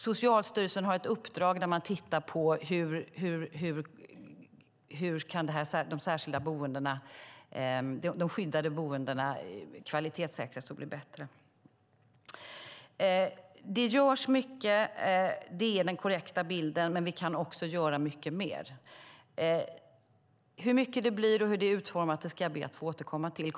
Socialstyrelsen har också i uppdrag att titta på hur skyddade boenden kan kvalitetssäkras och bli bättre. Det görs mycket; det är den korrekta bilden. Vi kan dock göra mycket mer. Hur mycket det blir och hur det är utformat ber jag att få återkomma till.